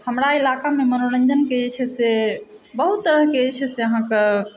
हमरा इलाकामे मनोरञ्जनके जे छै से बहुत तरहकेँ जे छै से अहाँके